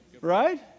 Right